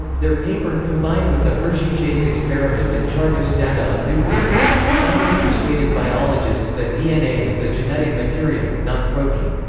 their paper, combined with the hershey-chase experiment and chargaff's data on nucleotides, finally persuaded biologists that dna is the genetic material, not protein.